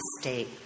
state